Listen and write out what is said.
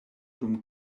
dum